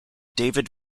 david